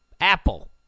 Apple